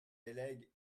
délègue